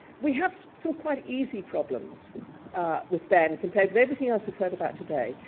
we have some quite easy problems with behn, compared with everything else we've heard about today.